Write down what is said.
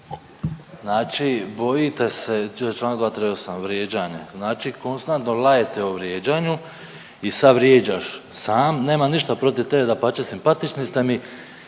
Znači bojite se, čl. 238, vrijeđanje. Znači konstantno lajete o vrijeđanju i sad vrijeđaš sam. Nemam ništa protiv tebe, dapače, simpatični ste mi,